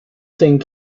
thing